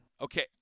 Okay